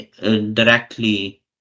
directly